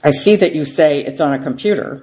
i see that you say it's on a computer